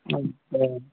अब हाँ